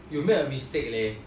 you made a mistake leh